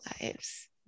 lives